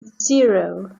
zero